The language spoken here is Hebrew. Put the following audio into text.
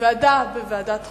ועדת חוקה,